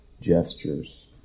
gestures